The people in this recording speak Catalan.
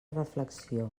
reflexió